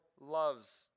loves